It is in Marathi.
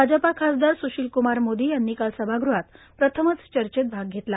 भाजपा खास ार सुशील कुमार मो ी यांनी काल सभागृहात प्रथमच चर्चेत भाग घेतला